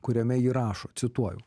kuriame ji rašo cituoju